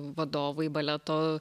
vadovai baleto